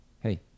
hey